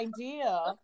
idea